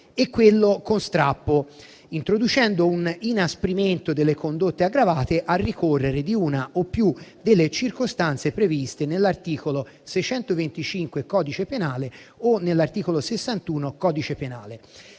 e quello con strappo, introducendo un inasprimento delle condotte aggravate al ricorrere di una o più delle circostanze previste nell'articolo 625 del codice penale o nell'articolo 61 del codice penale.